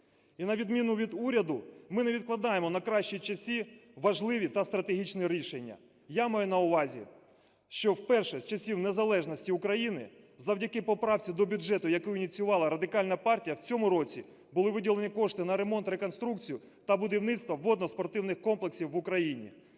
і, на відміну від уряду, ми не відкладаємо на кращі часи важливі та стратегічні рішення. Я маю на увазі, що вперше з часів незалежності України завдяки поправці до бюджету, яку ініціювала радикальна партія, в цьому році були виділені кошти на ремонт, реконструкцію та будівництва водноспортивних комплексів в Україні.